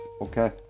okay